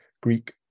Greek